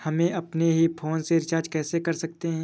हम अपने ही फोन से रिचार्ज कैसे कर सकते हैं?